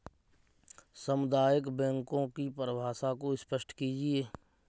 सामुदायिक बैंकों की परिभाषा को स्पष्ट कीजिए?